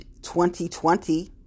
2020